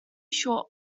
short